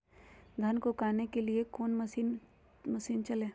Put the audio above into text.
धन को कायने के लिए कौन मसीन मशीन चले?